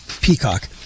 Peacock